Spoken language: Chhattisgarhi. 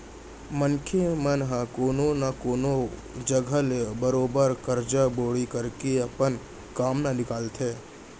मनसे मन ह कोनो न कोनो जघा ले बरोबर करजा बोड़ी करके अपन काम ल निकालथे